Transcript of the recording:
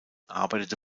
arbeitete